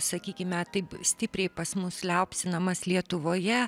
sakykime taip stipriai pas mus liaupsinamas lietuvoje